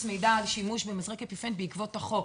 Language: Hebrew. מידע לשימוש במזרק אפיפן בעקבות החוק,